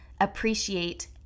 appreciate